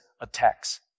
attacks